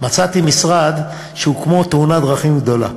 מצאתי משרד שהוא כמו תאונת דרכים גדולה,